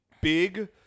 big